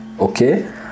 okay